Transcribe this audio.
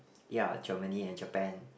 ya Germany and Japan